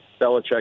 Belichick